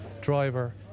driver